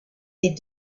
est